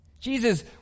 Jesus